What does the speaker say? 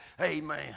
Amen